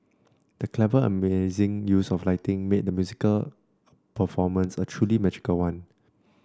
the clever and amazing use of lighting made the musical performance a truly magical one